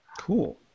Cool